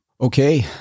Okay